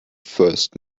first